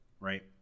Right